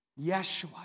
Yeshua